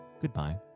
goodbye